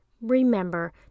Remember